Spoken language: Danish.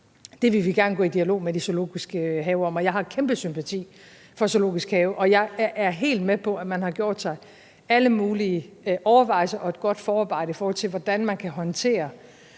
Det vil vi gerne gå i dialog med Zoologisk Have om, og jeg har kæmpe sympati for Zoologisk Have, og jeg er helt med på, at man har gjort sig alle mulige overvejelser og et godt forarbejde, i forhold til hvordan man kan håndtere